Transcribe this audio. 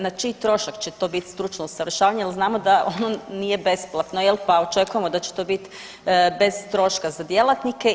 Na čiji trošak će to biti stručno usavršavanje jer znamo da on nije besplatno, je li, pa očekujemo da će to biti bez troška za djelatnike.